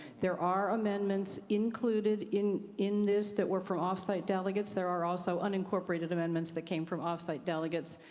there are amendments included in in this that were from off-site delegates. there are also unincorporated amendments that came from off-site delegates.